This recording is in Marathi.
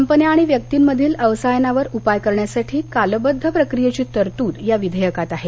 कंपन्या आणि व्यक्तिंमधील अवसायानावर उपाय करण्यासाठी कालबद्ध प्रक्रियेची तरतूद या विधेयकात आहे